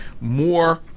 more